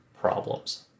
problems